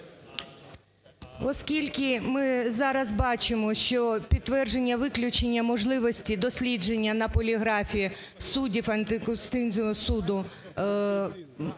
Оскільки ми зараз бачимо, що підтвердження виключення можливості дослідження на поліграфі суддів антикорупційного суду